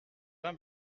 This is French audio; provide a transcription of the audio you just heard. vin